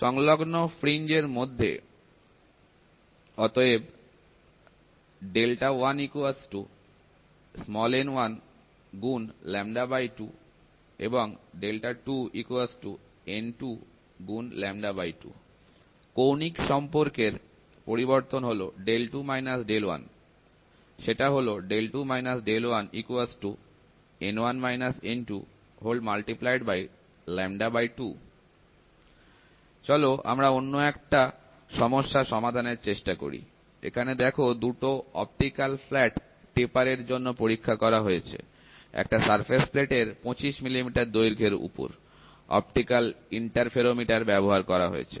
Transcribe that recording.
সংলগ্ন ফ্রিঞ্জ এর মধ্যে অতএব কৌণিক সম্পর্কের পরিবর্তন হলো চলো আমরা অন্য একটা সমস্যা সমাধানের চেষ্টা করি এখানে দেখো দুটো অপটিক্যাল ফ্ল্যাট টেপার এর জন্য পরীক্ষা করা হয়েছে একটা সারফেস প্লেট এর 25 mm দৈর্ঘ্যের উপর অপটিক্যাল ইন্টারফেরোমিটার ব্যবহার করা হয়েছে